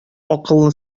акыллы